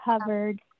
covered